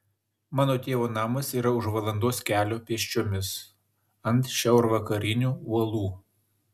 mano tėvo namas yra už valandos kelio pėsčiomis ant šiaurvakarinių uolų